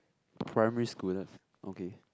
primary school that's okay